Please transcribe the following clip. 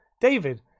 David